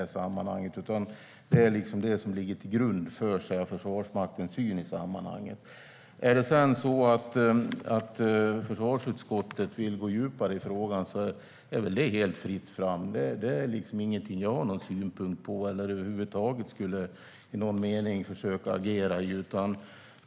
Är det sedan så att försvarsutskottet vill gå djupare i frågan är det helt fritt fram. Det är inget jag har några synpunkter på eller över huvud taget i någon mening skulle försöka agera i.